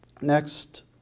next